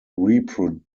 reproduced